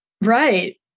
Right